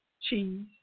cheese